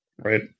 right